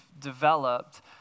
developed